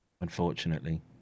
unfortunately